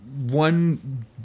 one